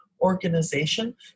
organization